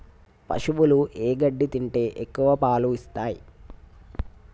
పశువులు ఏ గడ్డి తింటే ఎక్కువ పాలు ఇస్తాయి?